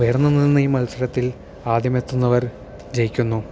ഉയർന്നു നിന്ന ഈ മത്സരത്തിൽ ആദ്യം എത്തുന്നവർ ജയിക്കുന്നു